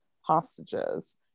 hostages